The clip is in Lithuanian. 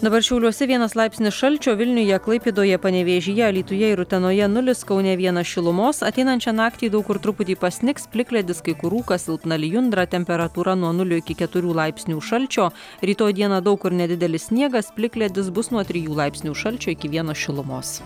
dabar šiauliuose vienas laipsnis šalčio vilniuje klaipėdoje panevėžyje alytuje ir utenoje nulis kaune vienas šilumos ateinančią naktį daug kur truputį pasnigs plikledis kai kur rūkas silpna lijundra temperatūra nuo nulio iki keturių laipsnių šalčio rytoj dieną daug kur nedidelis sniegas plikledis bus nuo trijų laipsnių šalčio iki vieno šilumos